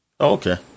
Okay